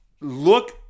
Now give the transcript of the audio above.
look